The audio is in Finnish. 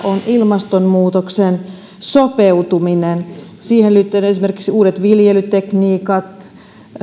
on ilmastonmuutokseen sopeutuminen ja siihen liittyen esimerkiksi uudet viljelytekniikat